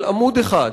של עמוד אחד: